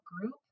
group